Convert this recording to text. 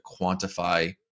quantify